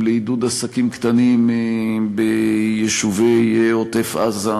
לעידוד עסקים קטנים ביישובי עוטף-עזה,